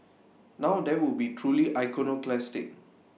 now that would be truly iconoclastic